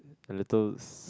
a little